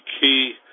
key